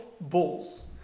bulls